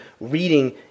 reading